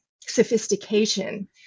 sophistication